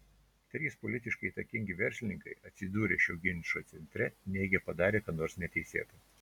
trys politiškai įtakingi verslininkai atsidūrę šio ginčo centre neigia padarę ką nors neteisėta